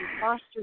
foster